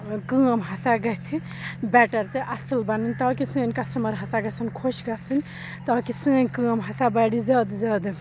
کٲم ہَسا گَژھِ بیٚٹَر تہٕ اَصٕل بَنٕنۍ تاکہِ سٲنۍ کَسٹمَر ہَسا گَژھَن خۄش گَژھٕنۍ تاکہِ سٲنۍ کٲم ہَسا بَڑِ زیادٕ زیادٕ